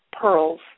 pearls